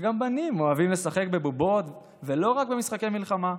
שגם בנים אוהבים לשחק בבובות ולא רק במשחקי מלחמה,